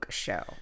Show